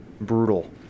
brutal